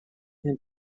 and